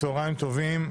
צוהרים טובים.